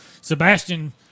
Sebastian